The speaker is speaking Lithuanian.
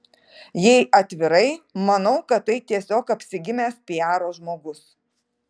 jei atvirai manau kad tai tiesiog apsigimęs piaro žmogus